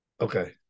okay